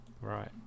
right